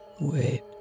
Wait